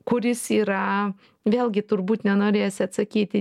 kuris yra vėlgi turbūt nenorėsi atsakyti